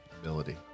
ability